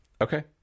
okay